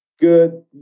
good